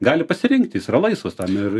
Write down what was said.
gali pasirinkti jis yra laisvas tam ir